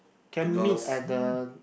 can meet at the